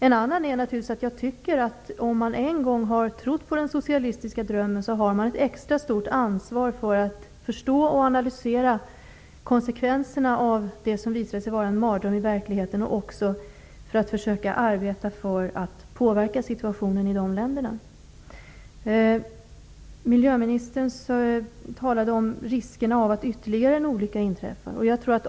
En annan anledning är att jag tycker att de som en gång har trott på den socialistiska drömmen har ett extra stort ansvar för att förstå och analysera konsekvenserna av det som i verkligheten visade sig vara en mardröm och att försöka arbeta för att påverka situationen i de länderna. Miljöministern talade om riskerna med en ytterligare olycka.